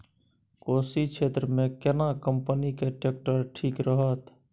कोशी क्षेत्र मे केना कंपनी के ट्रैक्टर ठीक रहत?